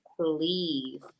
Please